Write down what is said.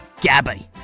Gabby